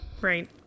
Right